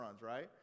right